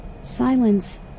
Silence